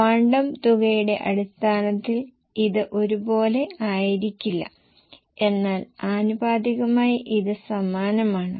quantum തുകയുടെ അടിസ്ഥാനത്തിൽ ഇത് ഒരുപോലെ ആയിരിക്കില്ല എന്നാൽ ആനുപാതികമായി ഇത് സമാനമാണ്